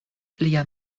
lia